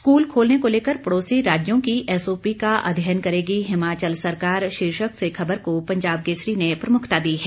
school खोलने को लेकर पड़ोसी राज्यों की एसओपी का अध्ययन करेगी हिमाचल सरकार शीर्षक से खबर को पंजाब केसरी ने प्रमुखता दी है